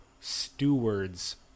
stewards